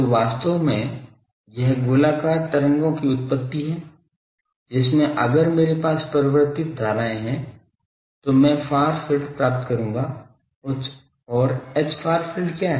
तो वास्तव में यह गोलाकार तरंगों की उत्पत्ति है जिसमें अगर मेरे पास परिवर्तित धाराएं हैं तो मैं फार फील्ड प्राप्त करूंगा और Hfar field क्या है